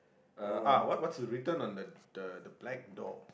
uh ah what was your written on the the black door